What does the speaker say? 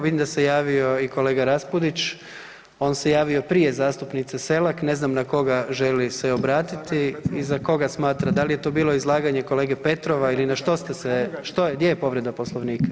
Vidim sa se javio i kolega Raspudić, on se javio prije zastupnice Selak, ne znam na koga se želi obratiti i za koga smatra da li je to bilo izlaganje kolege Petrova ili na što ste se, gdje je povreda Poslovnika?